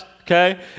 okay